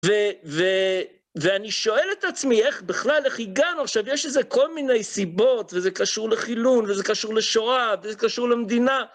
ואני שואל את עצמי איך בכלל, איך הגענו עכשיו, יש לזה כל מיני סיבות, וזה קשור לחילון, וזה קשור לשואה, וזה קשור למדינה.